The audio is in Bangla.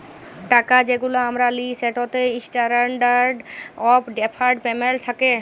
টাকা যেগুলা আমরা লিই সেটতে ইসট্যান্ডারড অফ ডেফার্ড পেমেল্ট থ্যাকে